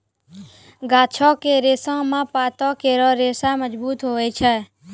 गाछो क रेशा म पातो केरो रेशा मजबूत होय छै